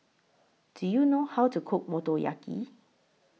Do YOU know How to Cook Motoyaki